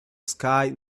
sky